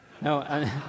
No